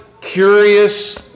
curious